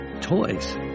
toys